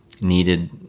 needed